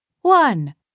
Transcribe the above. One